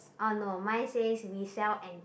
oh no mine says we sell antique